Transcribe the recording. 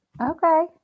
Okay